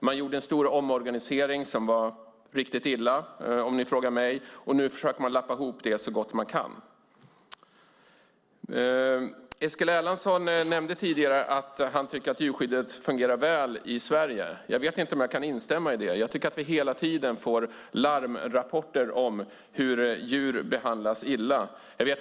Man gjorde en stor omorganisering som var riktigt dålig, om ni frågar mig, och nu försöker man lappa ihop det så gott man kan. Eskil Erlandsson nämnde tidigare att han tycker att djurskyddet fungerar väl i Sverige. Jag vet inte om jag kan instämma i det. Jag tycker att vi hela tiden får larmrapporter om att djur behandlas illa.